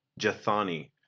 Jathani